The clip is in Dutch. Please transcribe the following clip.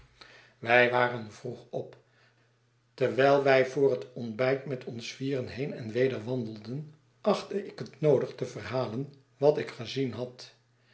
wij waren vroeg op terwijl wij voor het ontbijt met ons vieren heen en weder wandelden achtte ik het noodig te verhalen wat ik gezien had